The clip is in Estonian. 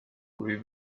kui